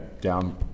down